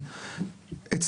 כדי שהוא יוכל לממש את הפוטנציאל,